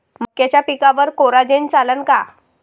मक्याच्या पिकावर कोराजेन चालन का?